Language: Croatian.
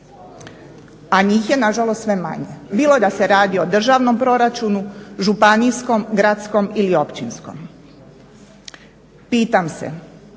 a njih je nažalost sve manje, bilo da se radi o državnom proračunu, županijskom, gradskom ili općinskom. Pitam se,